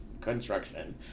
construction